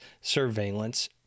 Surveillance